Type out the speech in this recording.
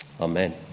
Amen